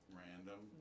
random